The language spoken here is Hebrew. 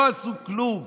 לא עשו כלום,